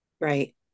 Right